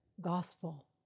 gospel